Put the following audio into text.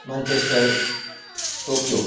Manchester Tokyo